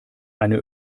eine